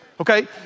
Okay